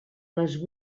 les